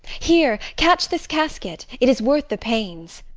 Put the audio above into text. here, catch this casket it is worth the pains.